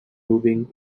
moving